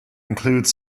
include